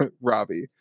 robbie